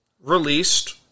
released